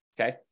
okay